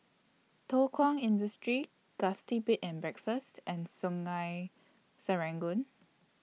Thow Kwang Industry Gusti Bed and Breakfast and Sungei Serangoon